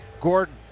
Gordon